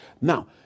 Now